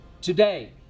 Today